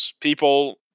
People